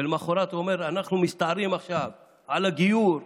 ולמוחרת הוא אומר: אנחנו מסתערים עכשיו על הגיור.